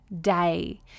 day